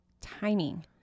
timing